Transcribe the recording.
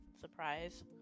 Surprise